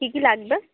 কি কি লাগবে